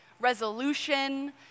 resolution